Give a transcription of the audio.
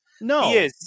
no